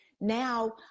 now